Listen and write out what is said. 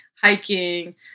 hiking